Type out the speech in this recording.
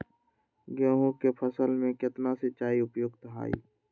गेंहू के फसल में केतना सिंचाई उपयुक्त हाइ?